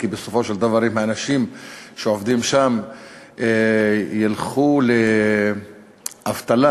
כי אם האנשים שעובדים שם ילכו לאבטלה,